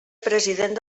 president